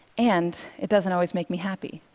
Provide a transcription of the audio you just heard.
and it doesn't always make me happy.